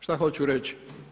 Što hoću reći?